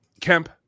Kemp